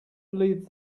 believe